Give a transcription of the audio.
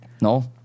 No